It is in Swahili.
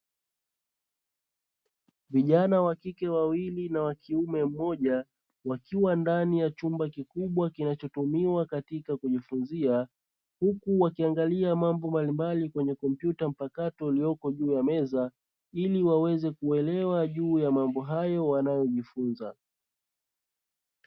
Vijana wa kike wawili na wakiume mmoja wakiwa ndani ya chumba kikubwa kinachotumiwa katika kujifunzia, huku wakiangalia mambo mbalimbali kwenye kompyuta mpakato iliyoko juu ya meza. Ili waweze kuelewa juu ya mambo hayo wanayojifunza.